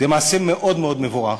זה מעשה מאוד מאוד מבורך.